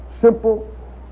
simple